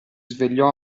svegliò